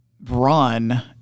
run